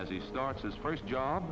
as he starts his first job